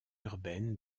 urbaine